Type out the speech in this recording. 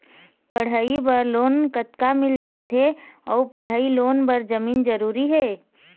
पढ़ई बर लोन कतका मिल जाथे अऊ पढ़ई लोन बर जमीन जरूरी हे?